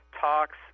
talks